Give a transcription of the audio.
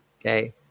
okay